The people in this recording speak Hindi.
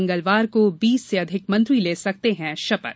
मंगलवार को बीस से अधिक मंत्री ले सकते हैं शपथ